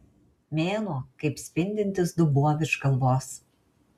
mėnuo kaip spindintis dubuo virš galvos